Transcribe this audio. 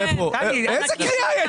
איזה קריאה?